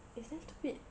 it's damn stupid